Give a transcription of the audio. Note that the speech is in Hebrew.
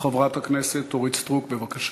חברת הכנסת אורית סטרוק, בבקשה.